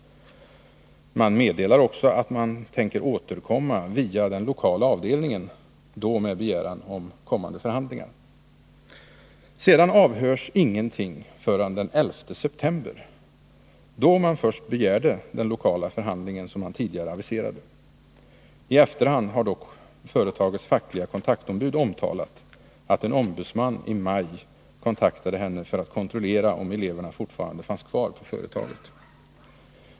Man meddelar också att man tänker återkomma via lokal avdelning med begäran om förhandlingar. Sedan avhörs ingenting förrän den 11 september, då man begär den lokala förhandling man tidigare aviserat. I efterhand har dock företagets fackliga kontaktombud omtalat att en ombudsman i maj kontaktat henne för att kontrollera om eleverna fortfarande fanns kvar på företaget.